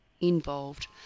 involved